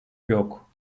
yok